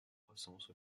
croissance